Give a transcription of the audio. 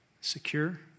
secure